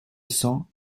cents